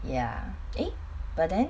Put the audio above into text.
ya eh but then